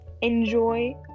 enjoy